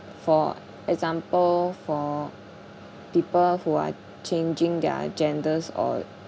for example for people who are changing their genders or